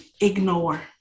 Ignore